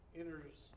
enters